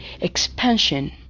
Expansion